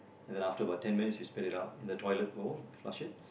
then after about ten minutes you spit it out in the toilet bowl flush it